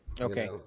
Okay